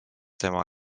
tema